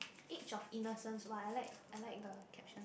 age of innocence !wah! I like I like the caption